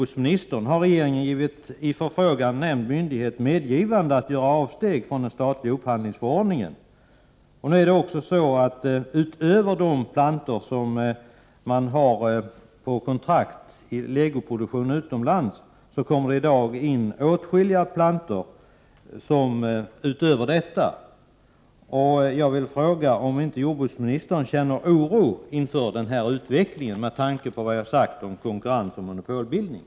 Eftersom det från konkurrenssynpunkt, och med hänsyn till risken för monopoltendenser, inte förefaller acceptabelt att statliga myndigheter och Enligt uppgift från välunderrättade källor i Peshawar, Pakistan, har Sovjets trupper i Afghanistan sedan den 25 januari i år sänt minst 14 s.k. Scude B-missiler mot Panshirdalen och därigenom dödat hundratals civila invånare och återvändande flyktingar. Vilken är den svenska regeringens reaktion på dessa uppgifter?